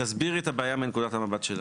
תסבירי את הבעיה מנוקדת המבט שלך.